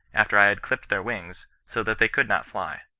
after i had clipped their wings, so that they could not fly.